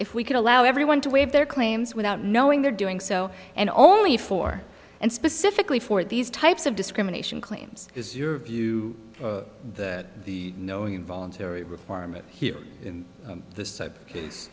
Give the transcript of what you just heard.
if we could allow everyone to waive their claims without knowing they're doing so and only four and specifically for these types of discrimination claims is your view that the knowing involuntary requirement here in this